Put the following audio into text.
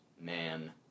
man